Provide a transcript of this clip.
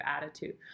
attitude